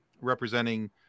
representing